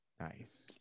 nice